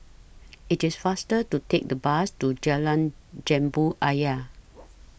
IT IS faster to Take The Bus to Jalan Jambu Ayer